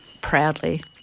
proudly